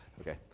Okay